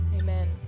Amen